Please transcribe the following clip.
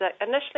Initially